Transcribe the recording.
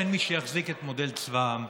אין מי שיחזיק את מודל צבא העם.